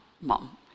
Mom